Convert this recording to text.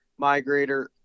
migrator